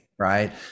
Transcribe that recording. right